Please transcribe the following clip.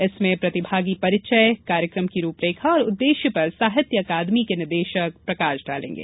इसमें प्रतिभागी परिचय कार्यक्रम की रूपरेखा और उद्देश्य पर साहित्य अकादमी के निदेशक प्रकाश डालेंगे